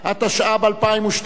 התשע"ב 2012,